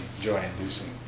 joy-inducing